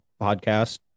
Podcast